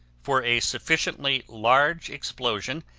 for a sufficiently large explosion,